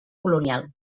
colonial